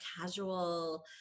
casual